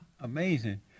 Amazing